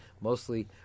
Mostly